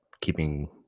keeping